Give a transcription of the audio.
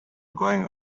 going